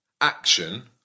action